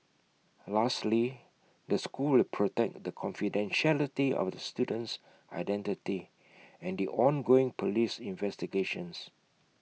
lastly the school will protect the confidentiality of the student's identity and the ongoing Police investigations